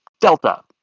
Delta